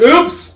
Oops